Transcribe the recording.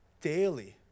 Daily